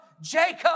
Jacob